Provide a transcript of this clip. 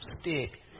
stick